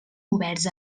oberts